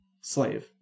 slave